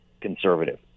Conservative